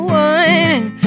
one